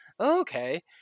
okay